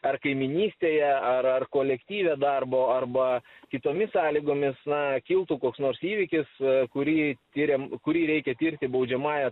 ar kaimynystėje ar ar kolektyve darbo arba kitomis sąlygomis na kiltų koks nors įvykis kurį tiriam kurį reikia tirti baudžiamąja